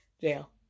jail